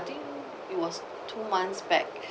I think it was two months back